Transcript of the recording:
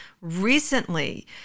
recently